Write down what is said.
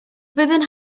within